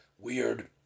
weird